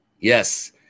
Yes